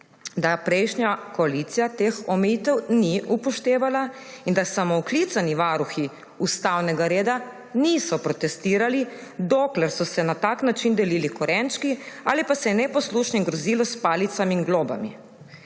da prejšnja koalicija teh omejitev ni upoštevala in da samooklicani varuhi ustavnega reda niso protestirali, dokler so se na tak način delili korenčki ali pa se je neposlušnim grozilo s palicami in globami.